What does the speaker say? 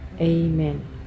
Amen